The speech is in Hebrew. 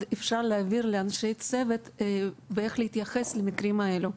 אפשר להעביר לאנשי צוות בהתייחסות למקרים האלה.